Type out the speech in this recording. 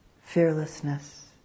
fearlessness